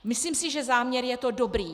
Myslím si, že záměr je to dobrý.